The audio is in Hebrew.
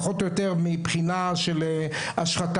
פחות או יותר מבחינה של השחתה.